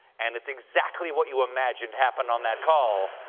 and it's exactly what you imagined happened on that call.